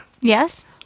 Yes